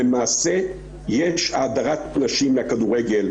הדרת נשים מהכדורגל,